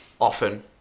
often